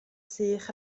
sych